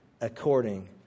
according